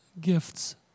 gifts